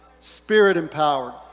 Spirit-empowered